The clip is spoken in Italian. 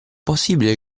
possibile